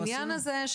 כי העניין הזה,